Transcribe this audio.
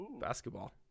basketball